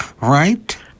right